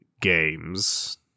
games